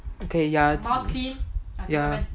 okay ya ya